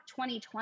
2020